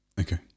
Okay